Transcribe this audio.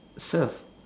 surf